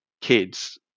kids